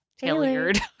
Tailored